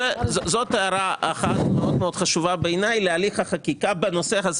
זאת הערה אחת מאוד חשובה בעיניי להליך החקיקה בנושא הזה.